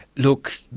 look,